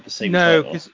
No